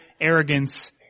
arrogance